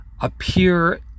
appear